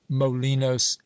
molinos